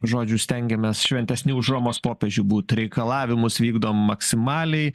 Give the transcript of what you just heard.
žodžiu stengiamės šventesni už romos popiežių būt reikalavimus vykdom maksimaliai